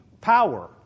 power